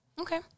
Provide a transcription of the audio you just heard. Okay